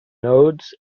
nodes